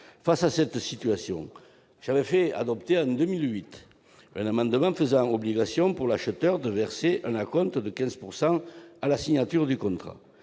Face à cette situation, j'avais fait adopter, en 2008, un amendement visant à obliger l'acheteur à verser un acompte de 15 % à la signature du contrat.